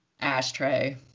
ashtray